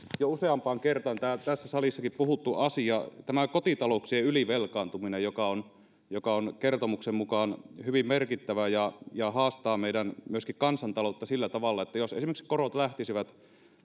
jo useampaan kertaan tämä tässäkin salissa puhuttu asia tämä kotitalouksien ylivelkaantuminen joka on joka on kertomuksen mukaan hyvin merkittävää ja haastaa myöskin meidän kansantalouttamme sillä tavalla että jos esimerkiksi korot lähtisivät